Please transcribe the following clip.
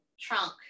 trunk